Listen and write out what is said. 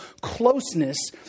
closeness